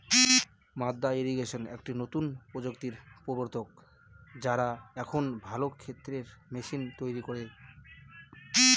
মাদ্দা ইরিগেশন একটি নতুন প্রযুক্তির প্রবর্তক, যারা এখন ভালো ক্ষেতের মেশিন তৈরী করে